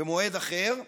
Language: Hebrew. במועד אחר,